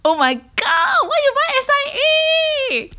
oh my god why you buy S_I_A